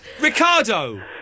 Ricardo